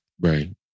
Right